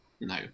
No